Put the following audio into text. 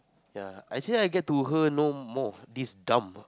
ya actually I get to her know more this gum